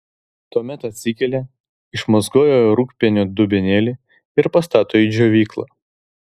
tuomet atsikelia išmazgoja rūgpienio dubenėlį ir pastato į džiovyklą